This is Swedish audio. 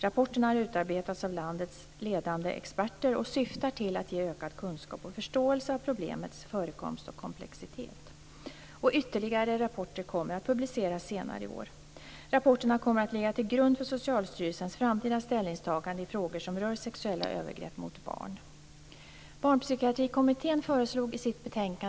Rapporterna har utarbetats av landets ledande experter och syftar till att ge ökad kunskap om och förståelse av problemets förekomst och komplexitet. Ytterligare rapporter kommer att publiceras senare i år. Rapporterna kommer att ligga till grund för Socialstyrelsens framtida ställningstagande i frågor som rör sexuella övergrepp mot barn.